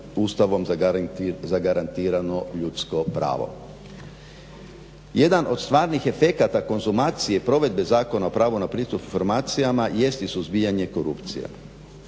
Ustavom zagarantirano ljudsko pravo. Jedan od stvarnih efekata konzumacije provedbe Zakona o pravu na pristup informacijama jest suzbijanje korupcije.